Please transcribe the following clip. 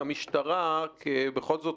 המשטרה בכל זאת,